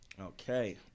Okay